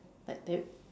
but that